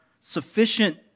sufficient